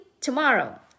tomorrow